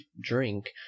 drink